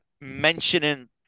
mentioning